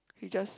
you just